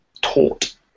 taught